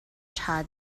ṭha